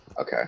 Okay